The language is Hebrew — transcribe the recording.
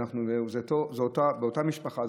שזו אותה משפחה,